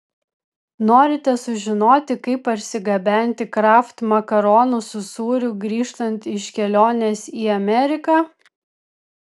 norite sužinoti kaip parsigabenti kraft makaronų su sūriu grįžtant iš kelionės į ameriką